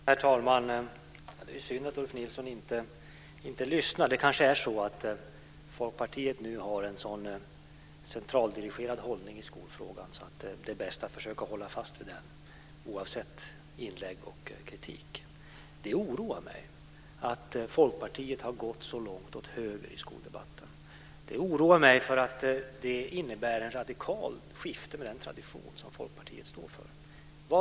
Herr talman! Det är synd att Ulf Nilsson inte lyssnar. Det kanske är så att Folkpartiet nu har en så centraldirigerad hållning i skolfrågan att det är bäst att försöka hålla fast vid den oavsett inlägg och kritik. Det oroar mig att Folkpartiet har gått så långt åt höger i skoldebatten. Det oroar mig därför att det innebär ett radikalt skifte av den tradition som Folkpartiet står för.